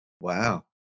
Wow